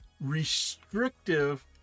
restrictive